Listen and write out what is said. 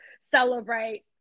celebrate